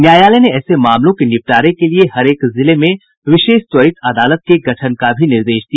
न्यायालय ने ऐसे मामलों के निपटारे के लिए हरेक जिले में विशेष त्वरित अदालत के गठन का भी निर्देश दिया